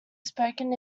spoken